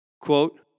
Quote